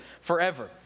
forever